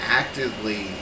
actively